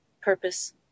purpose